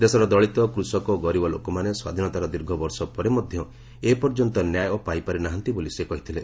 ଦେଶର ଦଳିତ କୃଷକ ଓ ଗରିବ ଲୋକମାନେ ସ୍ୱାଧୀନତାର ଦୀର୍ଘ ବର୍ଷ ପରେ ମଧ୍ୟ ଏ ପର୍ଯ୍ୟନ୍ତ ନ୍ୟାୟ ପାଇପାରି ନାହାନ୍ତି ବୋଲି ସେ କହିଥିଲେ